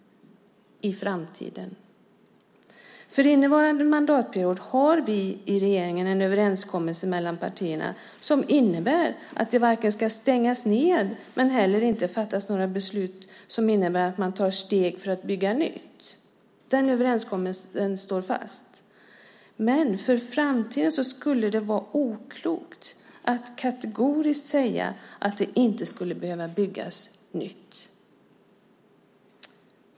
För innevarande mandatperiod har regeringen en överenskommelse mellan partierna som innebär att man inte ska stänga men heller inte fatta några beslut som innebär att man tar steg mot att bygga nytt. Den överenskommelsen står fast. För framtiden skulle det dock vara oklokt att kategoriskt säga att det inte behöver byggas nytt.